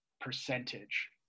percentage